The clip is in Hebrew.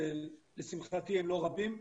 לשמחתי הם לא רבים,